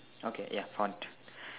okay ya font